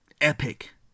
epic